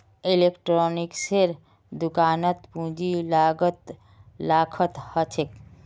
इलेक्ट्रॉनिक्सेर दुकानत पूंजीर लागत लाखत ह छेक